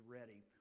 ready